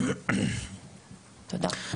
תודה.